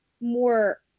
more